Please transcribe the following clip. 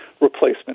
replacement